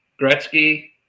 Gretzky